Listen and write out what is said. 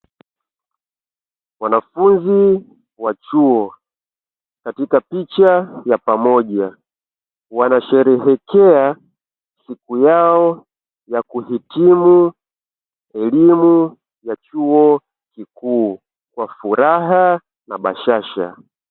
Wanafunzi wa chuo katika picha ya pamoja wanasherekea siku yao ya kuhitimu elimu ya chuo kikuu kwa furaha na bashasha.